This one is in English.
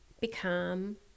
become